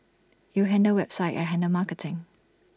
you handle website I handle marketing